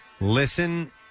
Listen